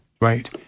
right